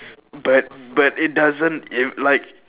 but but it doesn't it like